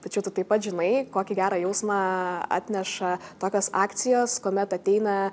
tačiau tu taip pat žinai kokį gerą jausmą atneša tokios akcijos kuomet ateina